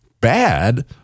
bad